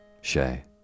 Shay